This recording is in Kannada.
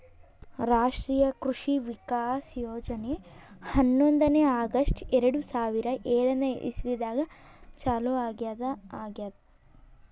ರಾಷ್ಟ್ರೀಯ ಕೃಷಿ ವಿಕಾಸ್ ಯೋಜನೆ ಹನ್ನೊಂದನೇ ಆಗಸ್ಟ್ ಎರಡು ಸಾವಿರಾ ಏಳನೆ ಇಸ್ವಿದಾಗ ಚಾಲೂ ಆಗ್ಯಾದ ಆಗ್ಯದ್